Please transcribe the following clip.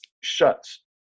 shuts